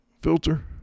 filter